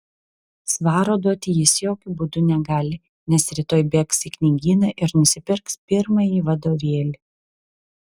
svaro duoti jis jokiu būdu negali nes rytoj bėgs į knygyną ir nusipirks pirmąjį vadovėlį